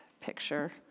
picture